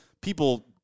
people